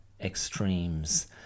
extremes